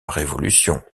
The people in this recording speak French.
révolution